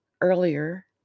earlier